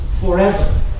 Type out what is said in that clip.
forever